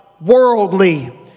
worldly